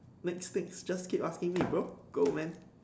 next page just keep asking me bro go man